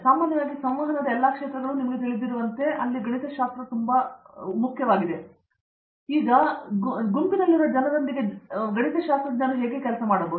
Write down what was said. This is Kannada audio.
ಸಾಮಾನ್ಯವಾಗಿ ಸಂವಹನದ ಎಲ್ಲಾ ಕ್ಷೇತ್ರಗಳೂ ನಿಮಗೆ ತಿಳಿದಿರುವುದರಿಂದ ಸಂವಹನವು ಬಹಳ ಮುಖ್ಯವಾಗಿದೆ ಎಂದು ನಿಮಗೆ ತಿಳಿದಿದೆ ತಾಂತ್ರಿಕ ಸಂವಹನವು ಸಂಶೋಧಕರಾಗಿ ಬೆಳೆಯುವ ಒಂದು ಪ್ರಮುಖ ಮಾರ್ಗವಾಗಿದೆ ಮತ್ತು ನೀವು ಗುಂಪಿನಲ್ಲಿರುವ ಜನರೊಂದಿಗೆ ಕೆಲಸ ಮಾಡುತ್ತಿದ್ದೀರಿ ಮಾರ್ಗದರ್ಶಿ ಭೇಟಿ ಬಹಳ ಪ್ರಮುಖ ಪಾತ್ರ ವಹಿಸುತ್ತದೆ